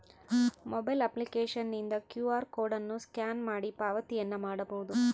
mobile ಅಪ್ಲಿಕೇಶನ್ನಿಂದ Q R code ಅನ್ನು scan ಮಾಡಿ ಪಾವತಿಯನ್ನ ಮಾಡಬೊದು